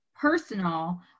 personal